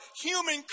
human